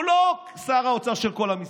הוא לא שר האוצר של כל עם ישראל,